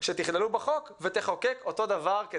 שתכללו בחווק ותחוקק אותו הדבר".